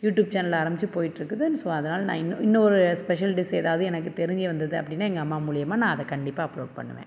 YouTube channel ஆரம்மபிச்சி போய்கிட்டுருக்குது so அதனால் நான் இன்னொ இன்னொரு ஸ்பெஷல் டிஸ் ஏதாவது எனக்கு தெரிய வந்தது அப்படின்னா எங்கள் அம்மா மூலயுமா நான் அதை கண்டிப்பாக அப்லோட் பண்ணுவேன்